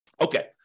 Okay